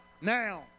now